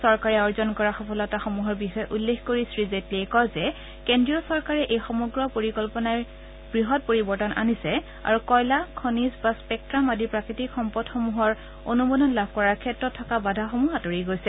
চৰকাৰে অৰ্জন কৰা সফলতাসমূহৰ বিষয়ে উল্লেখ কৰি শ্ৰী জেটলীয়ে কয় যে কেন্দ্ৰীয় চৰকাৰে এই সমগ্ৰ পৰিকল্পনাই বৃহৎপৰিৱৰ্তন আনিছে আৰু কয়লা খনিজ বা স্পেকট্টাম আদি প্ৰাকৃতিক সম্পদসমূহ অনুমোদন লাভৰ ক্ষেত্ৰত থকা বাধাসমূহ আঁতৰি গৈছে